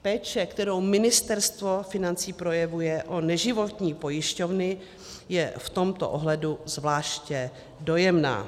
Péče, kterou Ministerstvo financí projevuje o neživotní pojišťovny, je v tomto ohledu zvláště dojemná.